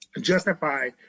justify